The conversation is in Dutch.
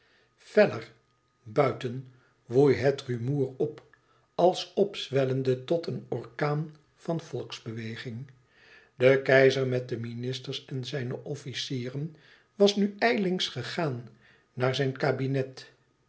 feller buiten woei het rumoer op als opzwellende tot een orkaan van volksbeweging de keizer met de ministers en zijne officieren was nu ijlings gegaan naar zijn kabinet